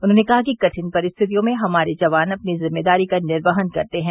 उन्होंने कहा कि कठिन परिस्थितियों में हमारे जवान अपनी जिम्मेदारी का निर्वहन करते हैं